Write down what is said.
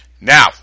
now